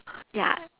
ya